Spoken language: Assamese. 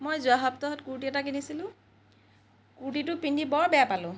মই যোৱা সপ্তাহত কুৰ্তি এটা কিনিছিলোঁ কুৰ্তিটো পিন্ধি বৰ বেয়া পালোঁ